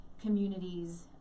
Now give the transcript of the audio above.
communities